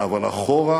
אבל אחורה